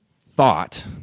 thought